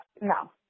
No